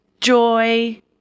joy